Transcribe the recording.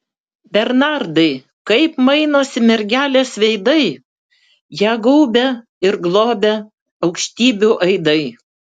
bernardai kaip mainosi mergelės veidai ją gaubia ir globia aukštybių aidai